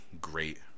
great